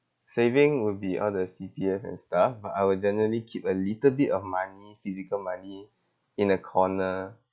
saving would be all the C_P_F and stuff but I will generally keep a little bit of money physical money in a corner